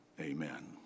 Amen